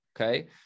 okay